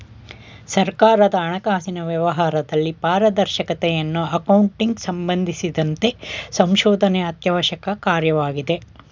ಸರ್ಕಾರದ ಹಣಕಾಸಿನ ವ್ಯವಹಾರದಲ್ಲಿ ಪಾರದರ್ಶಕತೆಯನ್ನು ಅಕೌಂಟಿಂಗ್ ಸಂಬಂಧಿಸಿದಂತೆ ಸಂಶೋಧನೆ ಅತ್ಯವಶ್ಯಕ ಕಾರ್ಯವಾಗಿದೆ